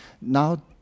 Now